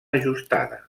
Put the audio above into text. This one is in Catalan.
ajustada